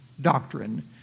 doctrine